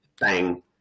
bang